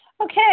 Okay